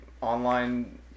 online